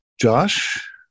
Josh